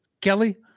Kelly